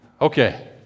Okay